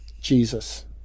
Jesus